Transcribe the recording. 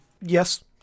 Yes